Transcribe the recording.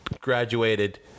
graduated